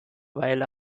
weil